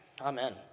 Amen